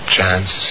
Chance